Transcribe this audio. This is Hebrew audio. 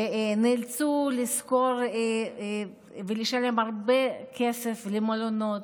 והם נאלצו לשכור ולשלם הרבה כסף למלונות,